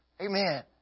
Amen